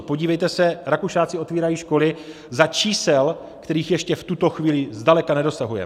Podívejte se, Rakušáci otvírají školy za čísel, kterých ještě v tuto chvíli zdaleka nedosahujeme.